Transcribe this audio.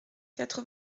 quatre